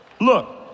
look